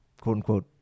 quote-unquote